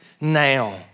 now